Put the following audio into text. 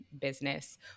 business